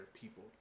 people